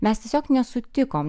mes tiesiog nesutikom